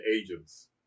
agents